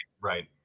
right